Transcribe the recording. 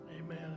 Amen